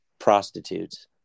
Prostitutes